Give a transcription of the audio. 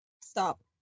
Stop